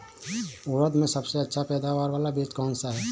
उड़द में सबसे अच्छा पैदावार वाला बीज कौन सा है?